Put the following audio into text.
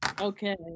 okay